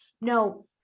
no